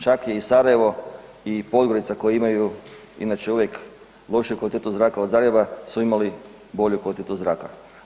Čak je i Sarajevo i Podgorica koje imaju inače uvijek lošiju kvalitetu zraka od Zagreba su imali bolju kvalitetu zraka.